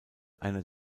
einer